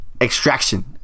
Extraction